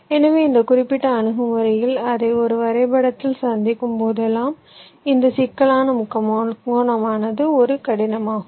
எனவே இந்த குறிப்பிட்ட அணுகுமுறையில் அதை ஒரு வரைபடத்தில் சந்திக்கும் போதெல்லாம் இந்த சிக்கலான முக்கோணமானது ஒரு கடினமானகும்